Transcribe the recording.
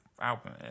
album